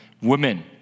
women